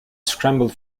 scrambled